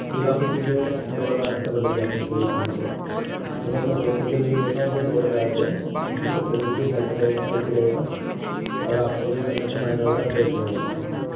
یہ کافی چیزیں دوڑ لگانے سے بدل جاتی ہیں شریر کے اندر تو میں اپنے دوستوں سے بھی یہی کہتا ہوں کہ دوڑ لگایا کریں جس سے شریر بھی ہیلتھ رہے ہیلدی رہے گا اور آپ کو بھی مطلب مائنڈ وغیرہ فریش رہے گا